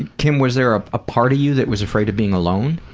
and kim, was there a ah part of you that was afraid of being alone?